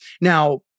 Now